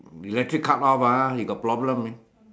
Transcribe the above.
electric cut off ah we got problem eh